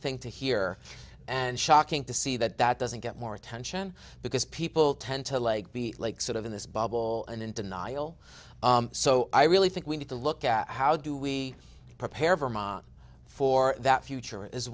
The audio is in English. thing to hear and shocking to see that that doesn't get more attention because people tend to like be like sort of in this bubble and in denial so i really think we need to look at how do we prepare vermont for that future as